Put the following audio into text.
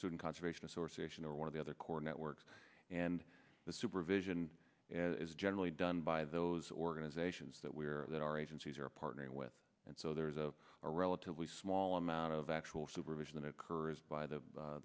student conservation association or one of the other core networks and the supervision and is generally done by those organizations that we're that our agencies are partnering with and so there is a relatively small amount of actual supervision occurs by